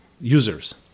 users